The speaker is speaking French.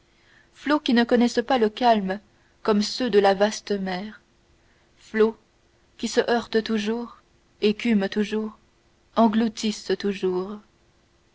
flots qui ne connaissent pas le calme comme ceux de la vaste mer flots qui se heurtent toujours écument toujours engloutissent toujours